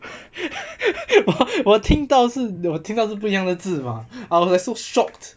我听到是我听到是不一样的字 mah I was like so shocked